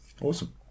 Awesome